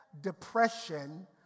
depression